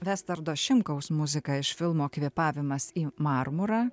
vestardo šimkaus muziką iš filmo kvėpavimas į marmurą